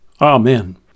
Amen